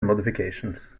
modifications